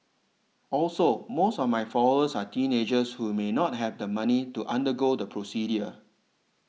also most of my followers are teenagers who may not have the money to undergo the procedure